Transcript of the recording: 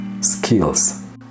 skills